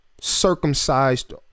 Circumcised